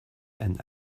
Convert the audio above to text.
and